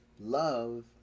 Love